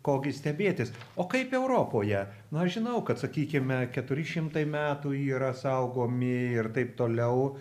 ko gi stebėtis o kaip europoje na žinau kad sakykime keturi šimtai metų yra saugomi ir taip toliau